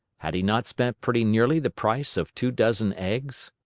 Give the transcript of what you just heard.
had he not spent pretty nearly the price of two dozen eggs?